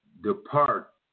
depart